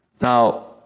Now